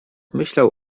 myślał